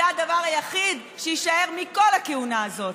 זה הדבר היחיד שיישאר מכל הכהונה הזאת.